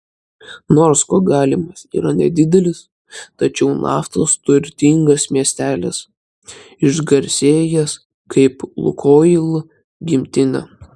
nors kogalymas yra nedidelis tačiau naftos turtingas miestelis išgarsėjęs kaip lukoil gimtinė